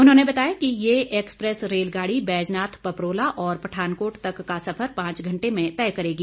उन्होंने बताया कि ये एक्सप्रेस रेलगाड़ी बैजनाथ पपरोला और पठानकोट तक का सफर पांच घंटे में तय करेगी